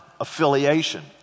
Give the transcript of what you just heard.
affiliation